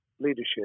leadership